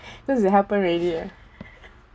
cause it happened already ah